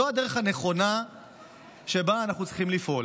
זו הדרך הנכונה שבה אנחנו צריכים לפעול.